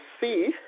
see